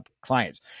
clients